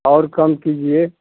और कम कीजिए